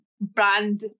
brand